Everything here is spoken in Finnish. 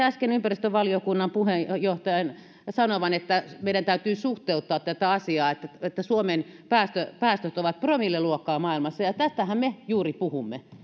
äsken esimerkiksi ympäristövaliokunnan puheenjohtajan sanovan että meidän täytyy suhteuttaa tätä asiaa että suomen päästöt päästöt ovat promilleluokkaa maailmassa tästähän me juuri puhumme